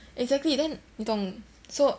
exactly then 你懂 so